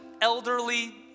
elderly